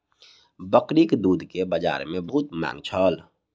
बकरीक दूध के बजार में बहुत मांग छल